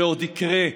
זה עוד יקרה.